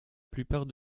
plupart